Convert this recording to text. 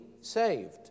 saved